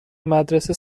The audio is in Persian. مدرسه